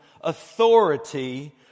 authority